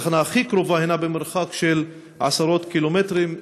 התחנה הכי קרובה הנה במרחק של עשרות קילומטרים,